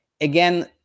again